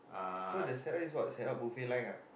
so the setup is what setup buffet line ah